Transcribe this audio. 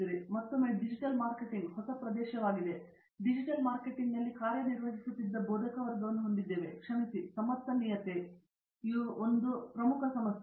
ಈಗ ಮತ್ತೊಮ್ಮೆ digital marketing ಹೊಸ ಪ್ರದೇಶವಾಗಿದೆ ಮತ್ತು ನಾವು ಡಿಜಿಟಲ್ ಮಾರ್ಕೆಟಿಂಗ್ನಲ್ಲಿ ಕಾರ್ಯನಿರ್ವಹಿಸುತ್ತಿದ್ದ ಬೋಧಕವರ್ಗವನ್ನು ಹೊಂದಿದ್ದೇವೆ ಕ್ಷಮಿಸಿ ಸಮರ್ಥನೀಯತೆಯು ಒಂದು ಪ್ರಮುಖ ಸಮಸ್ಯೆ